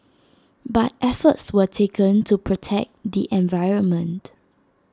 but efforts were taken to protect the environment